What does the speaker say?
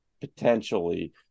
potentially